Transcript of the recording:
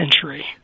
century